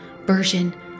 version